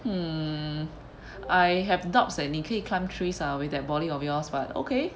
hmm I have doubts that 你可以 climb trees ah with that body of yours but okay